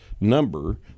number